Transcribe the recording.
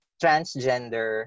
transgender